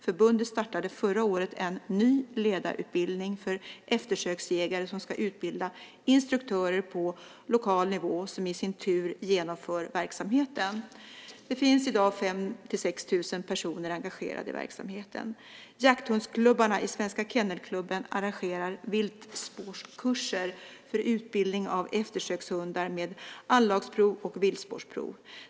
Förbundet startade förra året en ny ledarutbildning för eftersöksjägare som ska utbilda instruktörer på lokal nivå som i sin tur genomför verksamheten. Det finns i dag 5 000-6 000 personer engagerade i verksamheten. Jakthundsklubbarna i Svenska Kennelklubben arrangerar viltspårskurser för utbildning av eftersökshundar med anlagsprov och viltspårsprov.